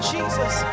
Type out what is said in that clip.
Jesus